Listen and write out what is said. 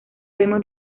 vemos